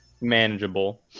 manageable